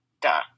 duh